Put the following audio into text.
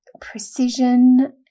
precision